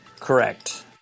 Correct